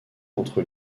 entre